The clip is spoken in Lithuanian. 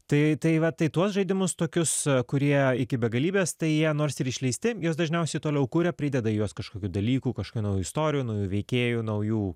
tai tai va tai tuos žaidimus tokius kurie iki begalybės tai jie nors ir išleisti jos dažniausiai toliau kuria prideda į juos kažkokių dalykų kažkokių naujų istorijų naujų veikėjų naujų